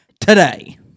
today